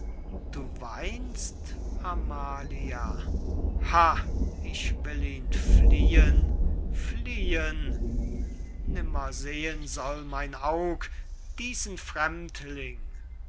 du weinst amalia ha ich will ihn fliehen fliehen nimmer sehen soll mein aug diesen